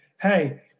Hey